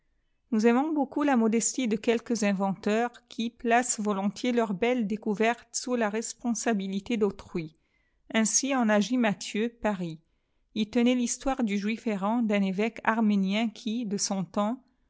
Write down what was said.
nous aimons beaucoup la modestie de quelques inventeurs qui placent volontiers leurs belles découvertes sous la responsabilité d'autrui ainsi en agit latthieu paris il tenait l'histoire du juif errant d'un évèque arnpient ui temps